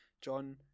John